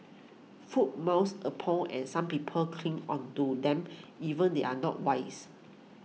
food myths upon and some people cling onto them even they are not wise